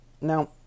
Now